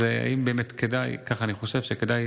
אז אני חושב שכדאי